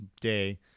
day